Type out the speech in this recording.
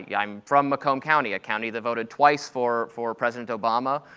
yeah i'm from macomb county, a county that voted twice for for president obama,